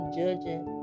judging